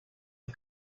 are